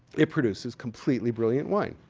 it produces completely brilliant wine.